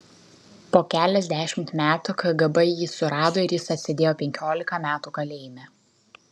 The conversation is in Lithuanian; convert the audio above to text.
po keliasdešimt metų kgb jį surado ir jis atsėdėjo penkiolika metų kalėjime